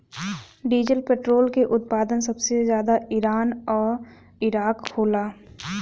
diesel petrol के उत्पादन सबसे ज्यादा ईरान आ इराक होला